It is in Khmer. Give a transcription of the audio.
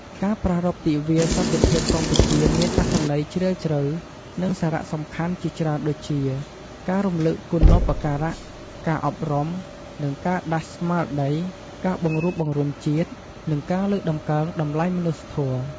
ការប្រារព្ធទិវាសន្តិភាពកម្ពុជាមានអត្ថន័យជ្រាលជ្រៅ និងសារៈសំខាន់ជាច្រើនដូចជា ការរំលឹកគុណូបការ ការអប់រំ និងដាស់ស្មារតី ការបង្រួបបង្រួមជាតិ និងការលើកតម្កើងតម្លៃមនុស្សធម៌។